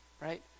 right